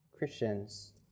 Christians